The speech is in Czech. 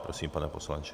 Prosím, pane poslanče.